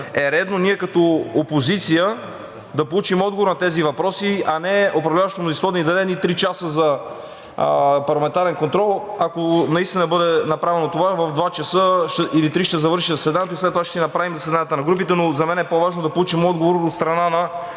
е редно ние като опозиция да получим отговор на тези въпроси, а не управляващото мнозинство да ни даде едни три часа за парламентарен контрол. Ако наистина бъде направено това, в два часа или три ще завърши заседанието и след това ще си направим заседанията на групите. Но за мен е по-важно да получим отговор от страна на